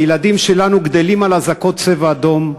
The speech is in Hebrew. הילדים שלנו גדלים על אזעקות "צבע אדום".